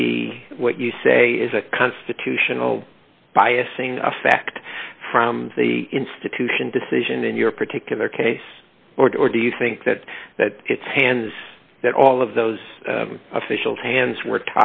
the what you say is a constitutional biasing effect from the institution decision in your particular case or do you think that that it's hands that all of those official hands were